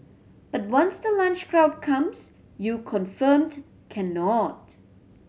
but once the lunch crowd comes you confirmed cannot